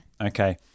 Okay